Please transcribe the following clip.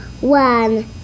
one